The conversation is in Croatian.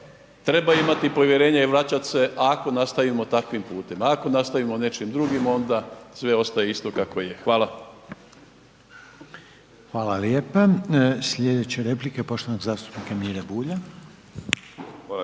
trebaju imat povjerenja i vraćat se ako nastavimo takvim putem, ako nastavimo nečim drugim onda sve ostaje isto kakvo je. Hvala. **Reiner, Željko (HDZ)** Hvala lijepa. Slijedeće replike poštovanog zastupnika Mire Bulja. **Bulj,